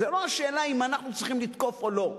לא השאלה אם אנחנו צריכים לתקוף או לא.